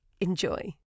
Enjoy